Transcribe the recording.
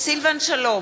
סילבן שלום,